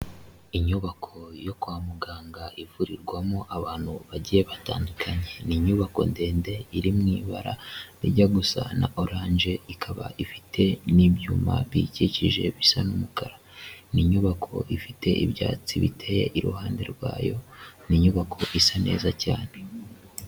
Inyubako yo kwa muganga ivurirwamo abantu bagiye batandukanye, ni inyubako ndende iri mu ibara rijya gusa na oranje, ikaba ifite n'ibyuma biyikikije bisa n'umukara, ni inyubako ifite ibyatsi biteye iruhande rwayo, ni inyubako isa neza cyane.